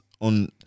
on